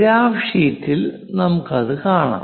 graph ഷീറ്റിൽ അത് നോക്കാം